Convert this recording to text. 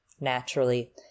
naturally